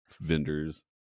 vendors